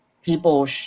People